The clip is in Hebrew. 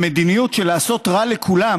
במדיניות של לעשות רע לכולם